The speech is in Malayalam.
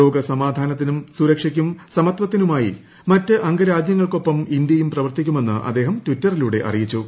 ലോക സമാധാനത്തിനും സുരക്ഷയ്ക്കും സമത്വത്തിനുമായി മറ്റ് അംഗരാജ്യങ്ങൾക്കൊപ്പം ഇന്ത്യയും പ്രവർത്തിക്കുമെന്ന് അദ്ദേഹം ട്ടിറ്ററിലൂടെ അറിയിച്ചു